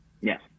Yes